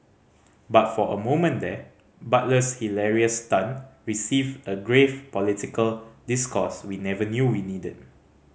but for a moment there Butler's hilarious stunt received a grave political discourse we never knew we needed